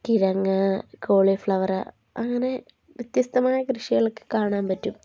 കിഴങ്ങ് കോളിഫ്ലവർ അങ്ങനെ വ്യത്യസ്തമായ കൃഷികളൊക്കെ കാണാൻ പറ്റും